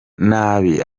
nabi